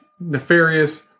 nefarious